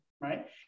Right